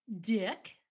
Dick